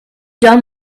done